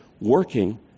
working